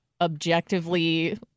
objectively